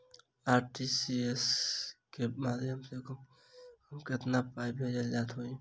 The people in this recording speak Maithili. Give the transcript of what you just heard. आर.टी.जी.एस केँ माध्यम सँ कम सऽ कम केतना पाय भेजे केँ होइ हय?